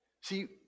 See